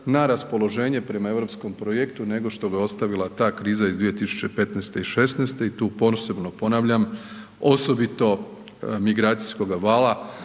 na raspoloženje prema europskom projektu nego što ga je ostavila ta kriza iz 2015. i '16. i tu posebnom ponavljam, osobito migracijskoga vala